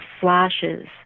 flashes